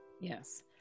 Yes